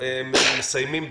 לסיכום: